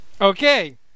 Okay